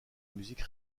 musique